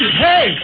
Hey